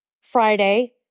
Friday